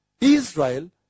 Israel